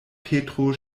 petro